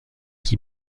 qui